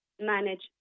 manage